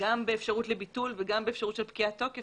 גם באפשרות לביטול וגם באפשרות של פקיעת תוקף